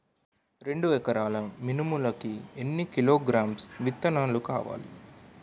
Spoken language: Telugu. రెండు ఎకరాల మినుములు కి ఎన్ని కిలోగ్రామ్స్ విత్తనాలు కావలి?